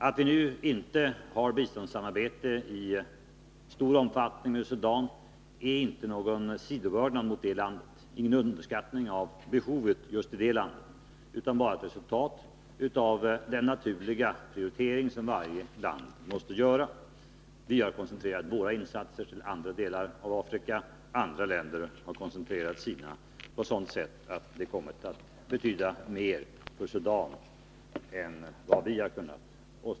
Att vi inte har biståndssamarbete i stor omfattning med Sudan är inte någon sidovördnad mot det landet, ingen underskattning av behovet just i det landet, utan resultat av den naturliga prioritering som varje land måste göra. Vi har koncentrerat våra insatser till andra delar av Afrika, andra länder har koncentrerat sina på sådant sätt att de kommit att betyda mer för Sudan än vi.